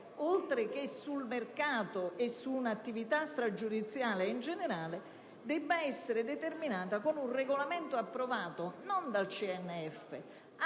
oltre che sul mercato e su un'attività stragiudiziale in generale - debba essere determinata con regolamento approvato non dal CNF